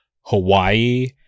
Hawaii